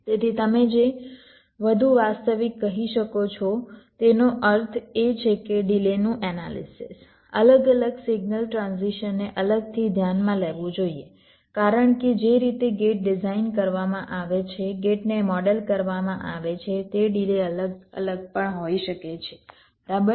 તેથી તમે જે વધુ વાસ્તવિક કહી શકો છો તેનો અર્થ એ છે કે ડિલેનું એનાલિસિસ અલગ અલગ સિગ્નલ ટ્રાન્ઝિશનને અલગથી ધ્યાનમાં લેવું જોઈએ કારણ કે જે રીતે ગેટ ડિઝાઇન કરવામાં આવે છે ગેટને મોડેલ કરવામાં આવે છે તે ડિલે અલગ અલગ પણ હોઈ શકે છે બરાબર